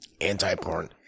Anti-porn